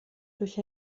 durch